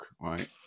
right